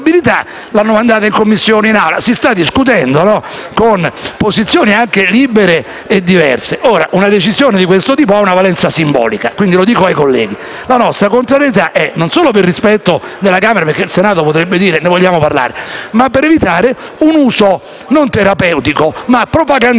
discutendo con posizioni libere e diverse. Una decisione di questo tipo ha una valenza simbolica, lo dico ai colleghi. La nostra contrarietà è non solo per rispetto della Camera (il Senato potrebbe infatti dire che ne vuole parlare), ma anche per evitare un uso non terapeutico, ma propagandistico della procedura di urgenza.